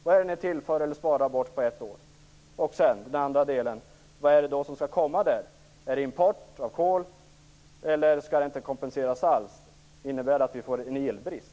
Vad är det ni tillför eller sparar på ett år? När det gäller den andra delen undrar jag vad som skall komma. Är det import av kol, eller skall det inte kompenseras alls? Det skulle innebära att vi får en elbrist.